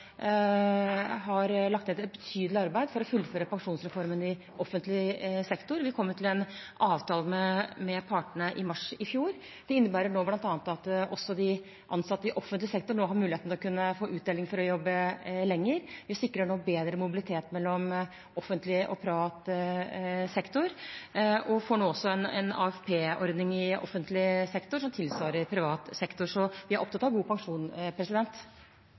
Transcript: har lagt ned et betydelig arbeid for å fullføre pensjonsreformen i offentlig sektor. Vi kom til en avtale med partene i mars i fjor. Det innebærer bl.a. at også de ansatte i offentlig sektor nå har muligheten til å kunne få uttelling for å jobbe lenger, vi sikrer bedre mobilitet mellom offentlig og privat sektor, og vi får nå også en AFP-ordning i offentlig sektor som tilsvarer den i privat sektor. Så vi er opptatt av god pensjon.